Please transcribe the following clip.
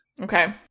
Okay